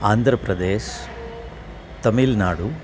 Andhra Pradesh Tamil Nadu